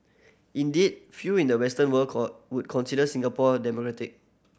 indeed few in the Western world would consider Singapore democratic